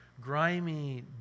grimy